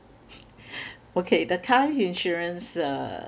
okay the car insurance uh